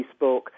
Facebook